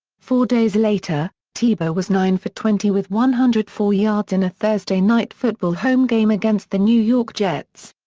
four days later, tebow was nine for twenty with one hundred and four yards in a thursday night football home game against the new york jets.